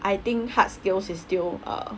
I think hard skills is still a